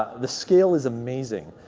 the scale is amazing.